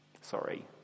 Sorry